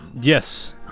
Yes